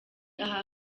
aha